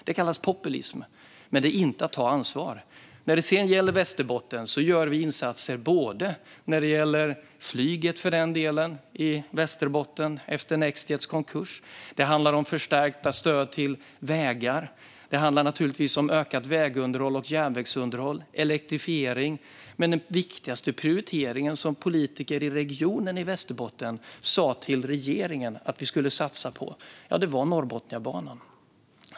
Det kallas populism, men det är inte att ta ansvar! När det sedan gäller Västerbotten gör vi insatser för flyget efter Nextjets konkurs. Det handlar om förstärkta stöd till vägar. Det handlar naturligtvis om ökat vägunderhåll och järnvägsunderhåll och om elektrifiering, men den viktigaste prioriteringen som politiker i regionen har sagt till regeringen att vi skulle satsa på var Norrbotniabanan.